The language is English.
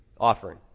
offering